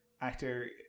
actor